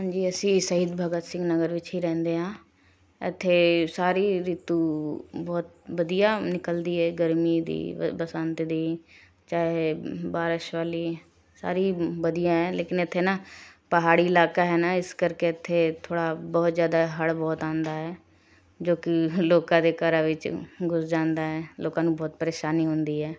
ਹਾਂਜੀ ਅਸੀਂ ਸ਼ਹੀਦ ਬਗਤ ਸਿੰਘ ਨਗਰ ਵਿੱਚ ਹੀ ਰਹਿੰਦੇ ਹਾਂ ਇੱਥੇ ਸਾਰੀ ਰੀਤੁ ਬਹੁਤ ਵਧੀਆ ਨਿਕਲਦੀ ਹੈ ਗਰਮੀ ਦੀ ਬ ਬਸੰਤ ਦੀ ਚਾਹੇ ਬਾਰਿਸ਼ ਵਾਲੀ ਸਾਰੀ ਵਧੀਆ ਹੈ ਲੇਕਿਨ ਇੱਥੇ ਨਾ ਪਹਾੜੀ ਇਲਾਕਾ ਹੈ ਨਾ ਇਸ ਕਰਕੇ ਇੱਥੇ ਥੋੜ੍ਹਾ ਬਹੁਤ ਜ਼ਿਆਦਾ ਹੜ੍ਹ ਬਹੁਤ ਆਉਂਦਾ ਹੈ ਜੋ ਕਿ ਲੋਕਾਂ ਦੇ ਘਰਾਂ ਵਿੱਚ ਘੁਸ ਜਾਂਦਾ ਹੈ ਲੋਕਾਂ ਨੂੰ ਬਹੁਤ ਪ੍ਰੇਸ਼ਾਨੀ ਹੁੰਦੀ ਹੈ